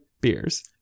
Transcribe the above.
beers